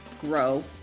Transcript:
grow